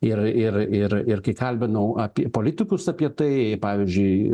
ir ir ir ir kai kalbinau apie politikus apie tai pavyzdžiui